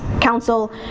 Council